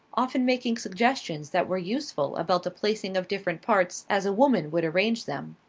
often making suggestions that were useful about the placing of different parts as a woman would arrange them.